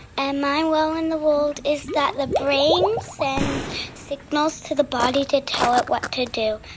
and my wow in the world is that the brain sends signals to the body to tell it what to do.